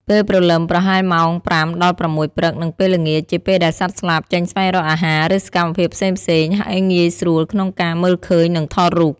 ពេលព្រលឹម ប្រហែលម៉ោង ៥ដល់៦ ព្រឹក និងពេលល្ងាច ជាពេលដែលសត្វស្លាបចេញស្វែងរកអាហារ ឬសកម្មភាពផ្សេងៗ ហើយងាយស្រួលក្នុងការមើលឃើញ និងថតរូប។